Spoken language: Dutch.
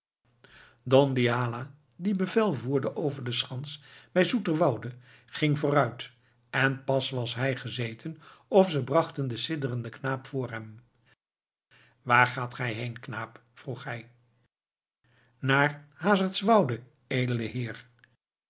don diala die bevel voerde over de schans bij zoeterwoude ging vooruit en pas was hij gezeten of ze brachten den sidderenden knaap voor hem waar gaat gij heen knaap vroeg hij naar hasaertswoude edele heer